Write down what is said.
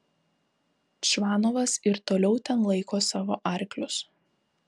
čvanovas ir toliau ten laiko savo arklius